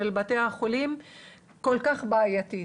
של בתי החולים כל כך בעייתית.